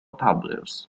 publius